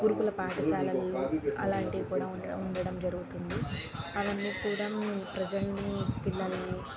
గురుకుల పాఠశాలల్లో అలాంటివి కూడా ఉండడం జరుగుతుంది అవన్నీ కూడా ప్రసెంట్ పిల్లల్ని